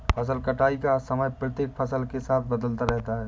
फसल कटाई का समय प्रत्येक फसल के साथ बदलता रहता है